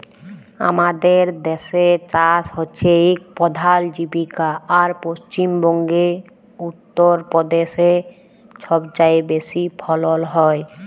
আমাদের দ্যাসে চাষ হছে ইক পধাল জীবিকা আর পশ্চিম বঙ্গে, উত্তর পদেশে ছবচাঁয়ে বেশি ফলল হ্যয়